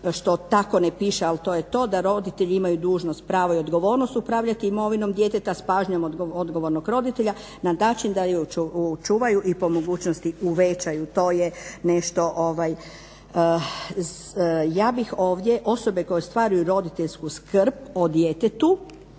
što tako ne piše, ali to je to da roditelji imaju dužnost, pravo i odgovornost upravljati imovinom djeteta s pažnjom odgovornog roditelja na način da je očuvaju i po mogućnosti uvećaju. To je nešto. Ja bih ovdje, osobe koje ostvaruju roditeljsku skrb o djetetu,